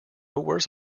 worse